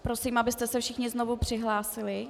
Prosím, abyste se všichni znovu přihlásili.